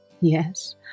Yes